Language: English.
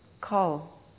call